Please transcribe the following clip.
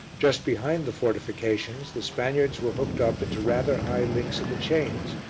just behind the fortifications the spaniards were hooked up into rather high links of the chains,